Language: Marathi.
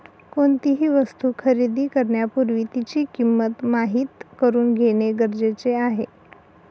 कोणतीही वस्तू खरेदी करण्यापूर्वी तिची किंमत माहित करून घेणे गरजेचे आहे